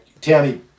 Tammy